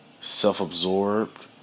self-absorbed